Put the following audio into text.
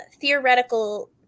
theoretical